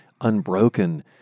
unbroken